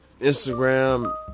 Instagram